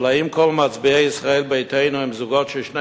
אבל האם כל מצביעי ישראל ביתנו הם זוגות ששני